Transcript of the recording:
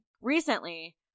Recently